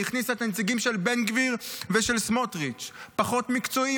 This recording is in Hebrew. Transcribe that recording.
היא הכניסה את הנציגים של בן גביר ושל סמוטריץ' פחות מקצועי,